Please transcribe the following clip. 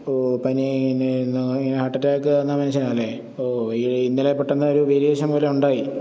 ഓ പനി heart attack വന്ന മനുഷ്യനാണ് അല്ലേ ഓ ഇന്നലെ പെട്ടെന്നൊരു വേരിയേഷൻ പോലെ ഉണ്ടായി